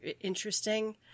interesting